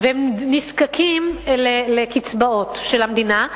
והם נזקקים לקצבאות של המדינה,